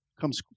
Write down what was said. comes